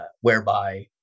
whereby